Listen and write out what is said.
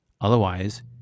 Otherwise